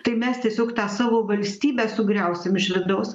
tai mes tiesiog tą savo valstybę sugriausim iš vidaus